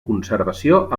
conservació